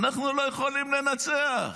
אנחנו לא יכולים לנצח.